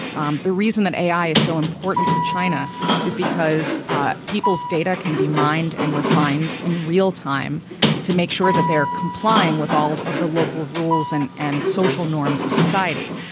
um the reason that ai is so important to china is because ah people's data can be mined and refined in real time to make sure that they are complying with all of the local rules and and social norms of society.